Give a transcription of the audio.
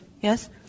Yes